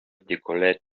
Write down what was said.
decollete